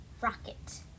rocket